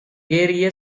ஏறிய